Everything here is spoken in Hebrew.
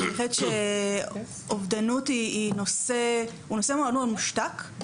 אני חושבת שאובדנות הוא נושא מאוד מושתק.